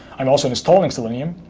i'm also installing selenium.